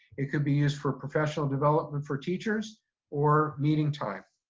it could be used for professional development for teachers or meeting time.